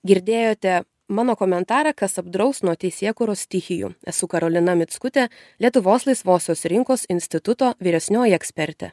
girdėjote mano komentarą kas apdraus nuo teisėkūros stichijų esu karolina mickutė lietuvos laisvosios rinkos instituto vyresnioji ekspertė